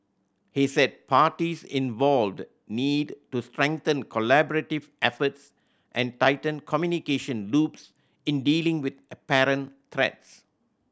he said parties involved need to strengthen collaborative efforts and tighten communication loops in dealing with apparent threats